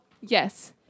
Yes